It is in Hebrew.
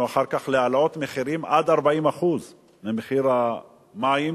אחר כך להעלאות מחירים עד 40% ממחיר המים.